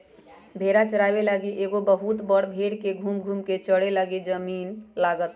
भेड़ा चाराबे लागी एगो बहुत बड़ भेड़ के घुम घुम् कें चरे लागी जमिन्न लागत